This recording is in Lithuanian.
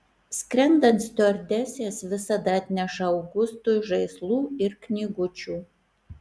skrendant stiuardesės visada atneša augustui žaislų ir knygučių